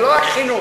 זה לא רק חינוך.